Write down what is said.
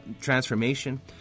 transformation